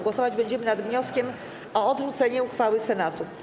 Głosować będziemy nad wnioskiem o odrzucenie uchwały Senatu.